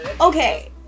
Okay